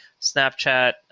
Snapchat